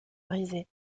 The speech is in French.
brisé